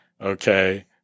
Okay